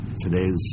today's